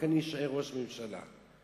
אני אשאר ראש הממשלה.